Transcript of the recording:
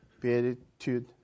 Beatitude